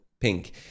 pink